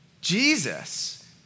Jesus